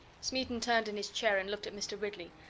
smeaton turned in his chair and looked at mr. ridley,